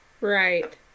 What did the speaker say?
Right